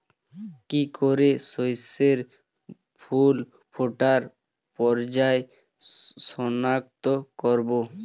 কি করে শস্যের ফুল ফোটার পর্যায় শনাক্ত করব?